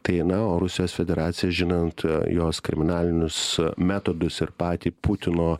tai na o rusijos federacija žinant jos kriminalinius metodus ir patį putino